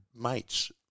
mates